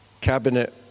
Cabinet